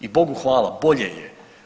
I bogu hvala, bolje je.